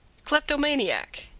kleptomaniac,